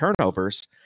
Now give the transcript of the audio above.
turnovers